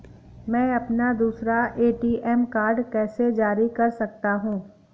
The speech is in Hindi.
मैं अपना दूसरा ए.टी.एम कार्ड कैसे जारी कर सकता हूँ?